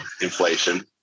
inflation